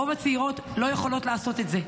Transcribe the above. רוב הצעירות לא יכולות לעשות את זה.